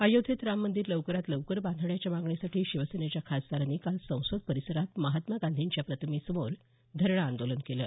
अयोध्येत राम मंदीर लवकरात लवकर बांधण्याच्या मागणीसाठी शिवसेनेच्या खासदारांनी काल संसद परिसरात महात्मा गांधीच्या प्रतिमेसमोर धरणं आंदोलन केलं